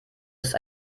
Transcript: ist